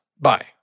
bye